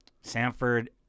Sanford